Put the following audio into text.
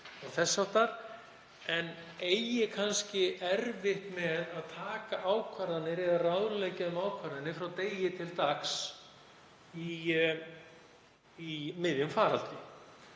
og þess háttar. En það eigi kannski erfitt með að taka ákvarðanir eða ráðleggja um ákvarðanir frá degi til dags í miðjum faraldri.